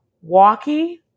walking